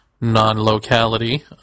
non-locality